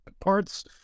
parts